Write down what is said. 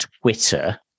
Twitter